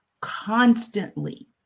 constantly